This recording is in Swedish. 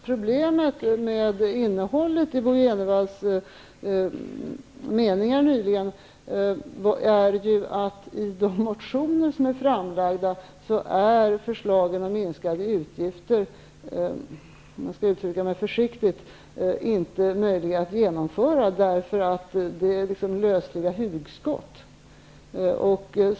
Problemet med innehållet i Bo Jenevalls uttalanden nyligen är ju att i de motioner som är framlagda är förslagen om minskade utgifter, om jag skall uttrycka mig försiktigt, inte möjliga att genomföra därför att det är liksom lösliga hugskott.